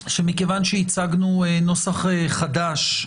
מכיוון שהצגנו נוסח חדש,